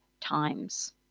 times